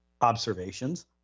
observations